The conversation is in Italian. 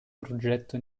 progetto